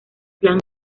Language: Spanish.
clan